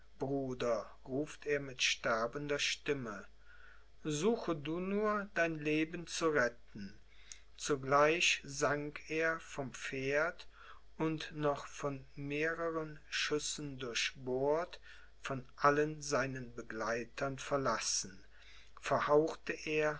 bruder ruft er mit sterbender stimme suche du nur dein leben zu retten zugleich sank er vom pferd und von noch mehrern schüssen durchbohrt von allen seinen begleitern verlassen verhauchte